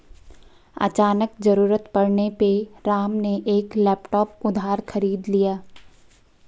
अचानक ज़रूरत पड़ने पे राम ने एक लैपटॉप उधार खरीद लिया